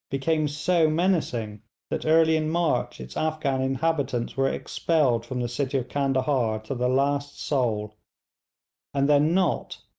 became so menacing that early in march its afghan inhabitants were expelled from the city of candahar to the last soul and then nott,